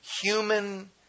human